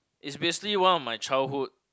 is basically one of my childhood